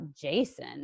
Jason